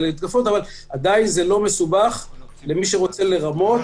אבל עדיין זה לא מסובך למי שרוצה לרמות.